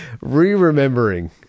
re-remembering